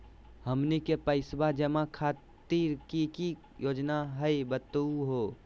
हमनी के पैसवा जमा खातीर की की योजना हई बतहु हो?